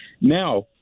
Now